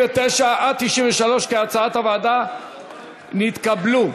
93, כהצעת הוועדה, נתקבלו.